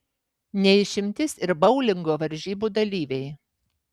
ne išimtis ir boulingo varžybų dalyviai